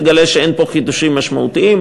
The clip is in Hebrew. תגלה שאין פה חידושים משמעותיים.